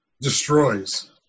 destroys